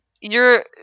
you're-